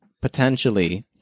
potentially